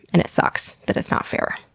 and it sucks that it's not fair.